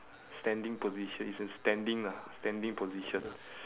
standing position it's in standing lah standing position